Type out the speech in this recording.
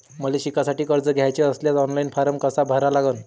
मले शिकासाठी कर्ज घ्याचे असल्यास ऑनलाईन फारम कसा भरा लागन?